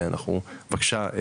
בבקשה,